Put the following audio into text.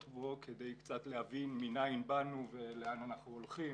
בו כדי קצת להבין מנין באנו ולאן אנחנו הולכים,